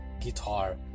guitar